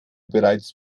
bereits